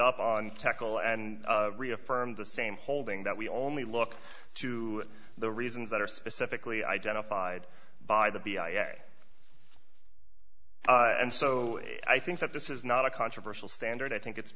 up on tackle and reaffirmed the same holding that we only look to the reasons that are specifically identified by the way and so i think that this is not a controversial standard i think it's